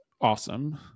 awesome